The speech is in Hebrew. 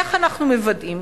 איך אנחנו מוודאים,